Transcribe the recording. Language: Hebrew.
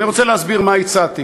אני רוצה להסביר מה הצעתי,